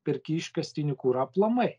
perki iškastinį kurą aplamai